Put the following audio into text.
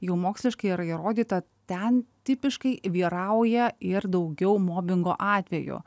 jau moksliškai yra įrodyta ten tipiškai vyrauja ir daugiau mobingo atvejų